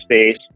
space